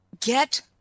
get